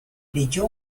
leyó